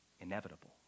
inevitable